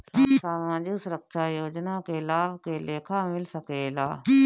सामाजिक सुरक्षा योजना के लाभ के लेखा मिल सके ला?